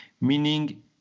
Meaning